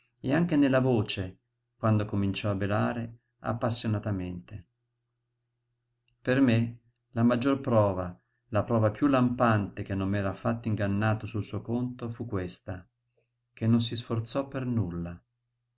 e anche nella voce quando cominciò a belare appassionatamente per me la maggior prova la prova piú lampante che non m'ero affatto ingannato sul suo conto fu questa che non si sforzò per nulla